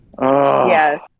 Yes